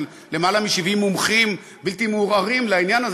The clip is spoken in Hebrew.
של למעלה מ-70 מומחים בלתי מעורערים לעניין הזה